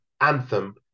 Anthem